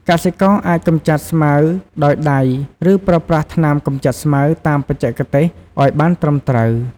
កសិករអាចកម្ចាត់ស្មៅដោយដៃ ឬប្រើប្រាស់ថ្នាំកម្ចាត់ស្មៅតាមបច្ចេកទេសឲ្យបានត្រឹមត្រូវ។